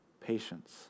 patience